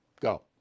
Go